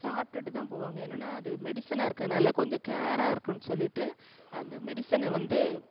சாப்பிடுட்டுதான் போவாங்க என்னன்னா அது மெடிசனாக இருக்கிறனால கொஞ்சம் கேராக இருக்குன்னு சொல்லிவிட்டு அந்த மெடிசனை வந்து